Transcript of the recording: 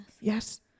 Yes